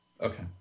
Okay